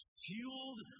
fueled